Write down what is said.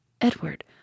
Edward